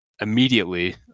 immediately